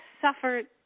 suffered